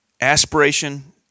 aspiration